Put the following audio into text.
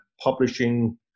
publishing